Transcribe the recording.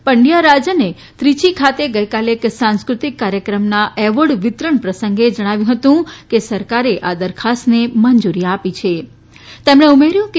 પન્ડિયારાજને ત્રિચી ખાતે ગઈ કાલે એક સાંસ્ક્રતિક કાર્યક્રમના અવોર્ડ વિતરણ પ્રસંગે જણાવ્યું કે સરકારે આ દરખાસ્તને મંજૂરી આપી દીધી છે તેમણે ઉમેર્યું કે